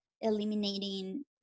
eliminating